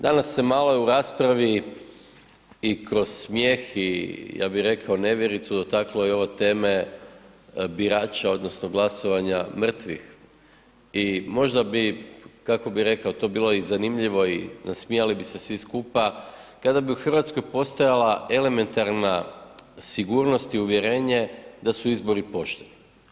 Danas se malo u raspravi i kroz smijeh i ja bih rekao nevjericu dotaklo i ove teme birača odnosno glasovanja mrtvih i možda bi kako bi rekao to bilo i zanimljivo i nasmijali bi se svi skupa kada bi u Hrvatskoj postojala elementarna sigurnost i uvjerenje da su izbori pošteni.